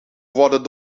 worden